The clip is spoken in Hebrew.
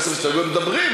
מדברים.